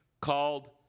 called